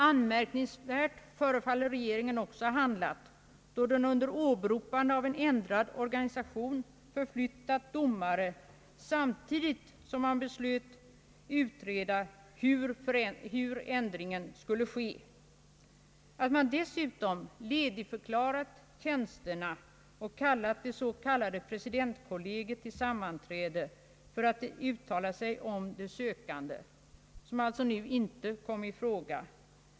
Anmärkningsvärt förefaller regeringen också ha handlat då den under åberopande av en ändrad organisation förflyttat domare, samtidigt som man beslöt utreda hur förändringen skulle genomföras. Att man dessutom ledigförklarat tjänsterna och kallat det s.k. presidentkollegiet till sammanträde för att uttala sig om de sökande som inte skulle komma i fråga.